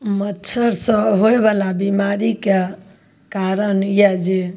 मच्छर से होइबला बिमारीके कारण इएह जे